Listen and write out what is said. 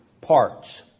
parts